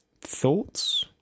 thoughts